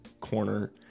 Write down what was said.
corner